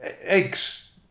eggs